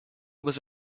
was